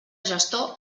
gestor